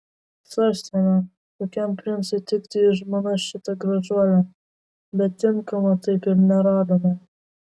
svarstėme kokiam princui tiktų į žmonas šita gražuolė bet tinkamo taip ir neradome